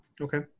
Okay